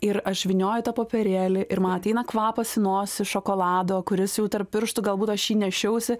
ir aš vynioju tą popierėlį ir man ateina kvapas į nosį šokolado kuris jau tarp pirštų galbūt aš jį nešiausi